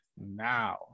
Now